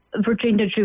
Virginia